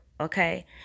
Okay